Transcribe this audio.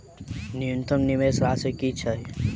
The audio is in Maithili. न्यूनतम निवेश राशि की छई?